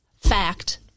fact